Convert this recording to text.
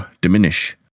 diminish